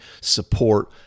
support